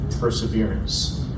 perseverance